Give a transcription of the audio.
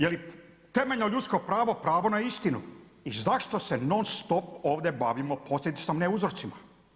Je li temeljno ljudsko pravo pravo na istinu i zašto se non-stop ovdje bavimo posljedicom, a ne uzrocima?